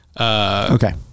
Okay